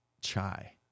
chai